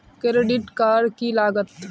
Credit card की लागत?